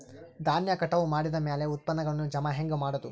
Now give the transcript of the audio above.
ಧಾನ್ಯ ಕಟಾವು ಮಾಡಿದ ಮ್ಯಾಲೆ ಉತ್ಪನ್ನಗಳನ್ನು ಜಮಾ ಹೆಂಗ ಮಾಡೋದು?